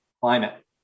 climate